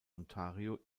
ontario